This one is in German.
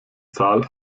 zahl